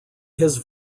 his